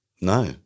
No